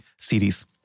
series